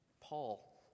Paul